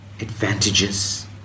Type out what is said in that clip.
advantages